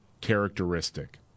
characteristic